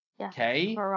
Okay